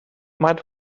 might